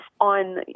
on